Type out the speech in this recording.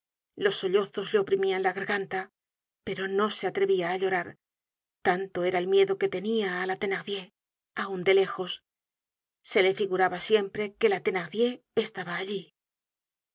los sollozos le oprimían la garganta pero no se atrevía á llorar tanto era el miedo que tenia á la thenardier aun de lejos se le figuraba siempre que la thenardier estaba allí